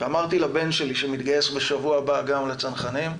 ואמרתי לבן שלי, שמתגייס בשבוע הבא גם לצנחנים: